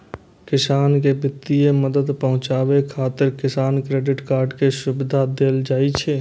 किसान कें वित्तीय मदद पहुंचाबै खातिर किसान क्रेडिट कार्ड के सुविधा देल जाइ छै